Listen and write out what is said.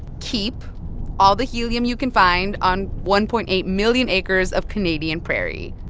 keep all the helium you can find on one point eight million acres of canadian prairies,